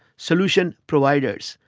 solution providers,